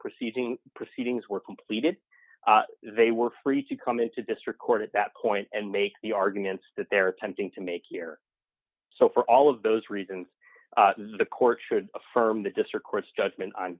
proceedings proceedings were completed they were free to come into district court at that point and make the arguments that they are attempting to make here so for all of those reasons the court should affirm the district court's judgment on